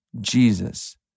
Jesus